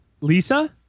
Lisa